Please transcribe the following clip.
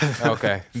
Okay